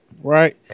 Right